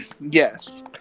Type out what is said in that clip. Yes